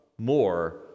more